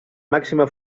màxima